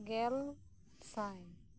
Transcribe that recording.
ᱜᱮᱞ ᱥᱟᱭ